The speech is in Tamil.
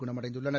குணமடைந்துள்ளனர்